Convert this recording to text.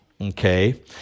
Okay